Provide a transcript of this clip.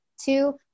two